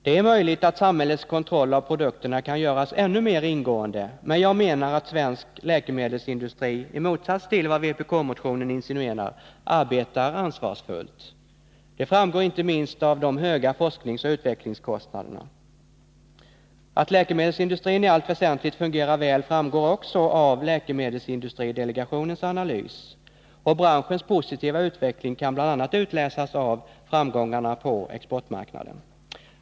Det är möjligt att samhällets kontroll av produkterna kan göras ännu mer ingående, men jag menar att svensk läkemedelsindustri i motsats till vad vpk-motionen insinuerar arbetar ansvarsfullt. Det framgår inte minst av de höga forskningsoch utvecklingskostnaderna. Att läkemedelsindustrin i allt väsentligt fungerar väl framgår också av läkemedelsindustridelegationens analys, och branschens positiva utveckling kan bl.a. utläsas av framgångarna på exportmarknaden.